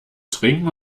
trinken